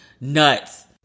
nuts